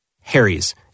Harry's